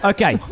Okay